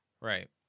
right